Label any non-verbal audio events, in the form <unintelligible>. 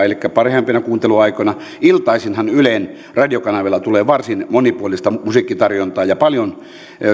<unintelligible> elikkä parhaimpina kuunteluaikoina iltaisinhan ylen radiokanavilla tulee varsin monipuolista musiikkitarjontaa ja paljon